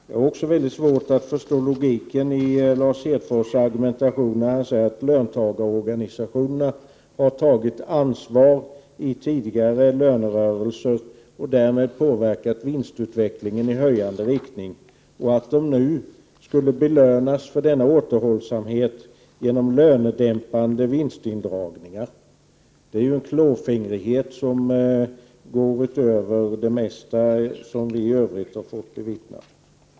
Jag har väldigt svårt att förstå logiken i Lars Hedfors argumentation när han säger att löntagarorganisationerna har tagit ansvar i tidigare lönerörelser och därmed påverkat vinstutvecklingen i höjande riktning och att de nu skulle belönas för denna återhållsamhet genom lönedämpande vinstindragningar. Det är ju en klåfingrighet som går utöver det mesta som vi i övrigt fått bevittna.